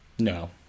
No